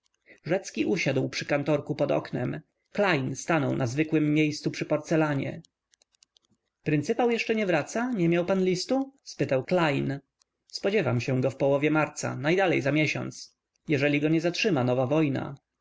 rzecki usiadł przy kantorku pod oknem klejn stanął na zwykłem miejscu przy porcelanie pryncypał jeszcze nie wraca nie miał pan listu spytał klejn spodziewam się go w połowie marca najdalej za miesiąc jeżeli go nie zatrzyma nowa wojna